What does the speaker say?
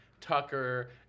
Tucker